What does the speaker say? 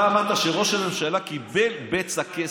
אתה אמרת שראש הממשלה קיבל בצע כסף.